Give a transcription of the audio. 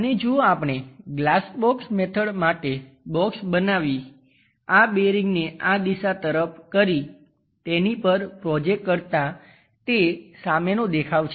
અને જો આપણે ગ્લાસ બોક્સ મેથડ માટે બોક્સ બનાવી આ બેરિંગને આ દિશા તરફ કરી તેની પર પ્રોજેકટ કરતાં તે સામેનો દેખાવ છે